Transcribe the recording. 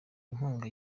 inkunga